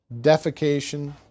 defecation